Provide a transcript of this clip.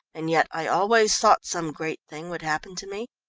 and yet i always thought some great thing would happen to me,